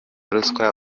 ruswa